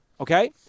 Okay